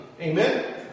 Amen